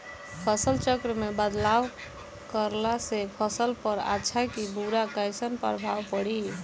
फसल चक्र मे बदलाव करला से फसल पर अच्छा की बुरा कैसन प्रभाव पड़ी?